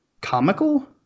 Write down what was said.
comical